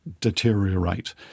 deteriorate